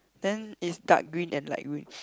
then is dark green and light green